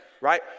right